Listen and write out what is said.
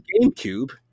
gamecube